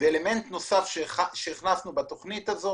אלמנט נוסף שהכנסנו בתכנית הזו